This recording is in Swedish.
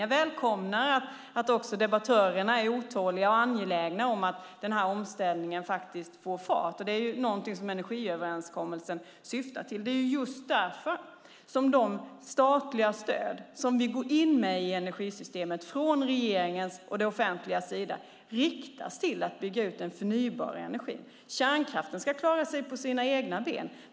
Jag välkomnar att också debattörerna är otåliga och angelägna om att omställningen faktiskt får fart. Det är något som energiöverenskommelsen syftar till. Det är därför som de statliga stöd som vi går in med i energisystemet från regeringens och det offentligas sida riktas till att bygga ut förnybar energi. Kärnkraften ska klara sig på sina egna ben.